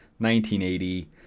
1980